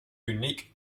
unique